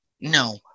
No